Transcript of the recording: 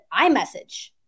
iMessage